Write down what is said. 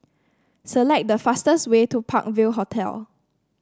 select the fastest way to Park View Hotel